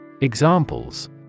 Examples